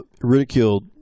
ridiculed